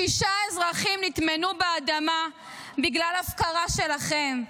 שישה אזרחים נטמנו באדמה בגלל הפקרה שלכם,